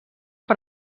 per